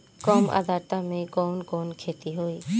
कम आद्रता में कवन कवन खेती होई?